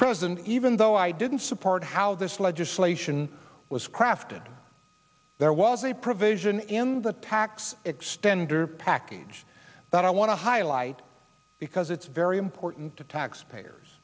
president even though i didn't support how this legislation was crafted there was a provision in the tax extenders or package that i want to highlight because it's very important to taxpayers